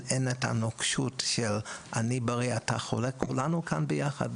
אין את הנוקשות של "אני בריא ואתה חולה" כולנו כאן ביחד,